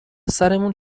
سرمون